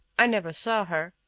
i never saw her.